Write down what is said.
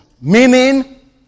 Meaning